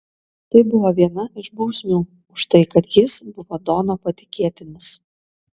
tai buvo viena iš bausmių už tai kad jis buvo dono patikėtinis